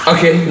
Okay